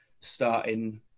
starting